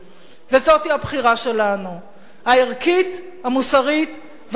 וזאת היא הבחירה שלנו, הערכית, המוסרית והפוליטית.